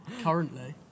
currently